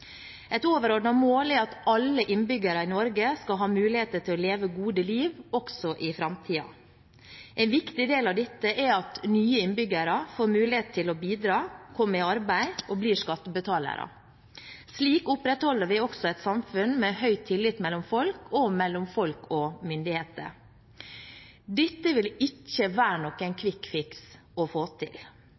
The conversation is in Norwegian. Et overordnet mål er at alle innbyggere i Norge skal ha muligheter til å leve gode liv også i framtiden. En viktig del av dette er at nye innbyggere får mulighet til å bidra, kommer i arbeid og blir skattebetalere. Slik opprettholder vi også et samfunn med høy tillit mellom folk og mellom folk og myndigheter. Dette vil ikke være noen «quick fix» å få til.